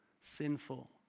sinful